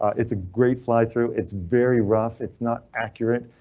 it's a great fly through it's very rough. it's not accurate,